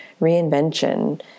reinvention